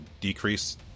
decrease